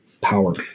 power